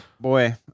boy